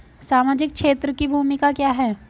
सामाजिक क्षेत्र की भूमिका क्या है?